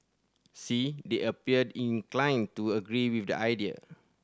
see they appeared inclined to agree with the idea